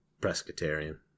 Presbyterian